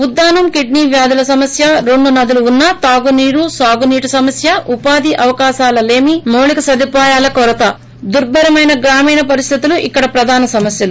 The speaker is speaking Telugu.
ఉద్దానం కిడ్నీ వ్యాధుల సమస్య రెండు నదులు ఉన్నా తాగునీరు సాగునీటి సమస్య ఉపాధి అవకాశాల లేమి మౌలిక సదుపాయాల కొరత దుర్పరమైన గ్రామీణ పరిస్తితులు ఇక్కడి ప్రధాన సమస్యలు